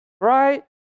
right